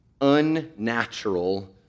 unnatural